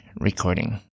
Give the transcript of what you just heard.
recording